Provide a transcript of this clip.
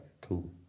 cool